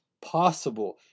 possible